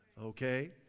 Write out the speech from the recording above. okay